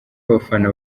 abafana